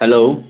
hello